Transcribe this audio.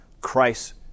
Christ